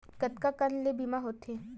कतका कन ले बीमा होथे?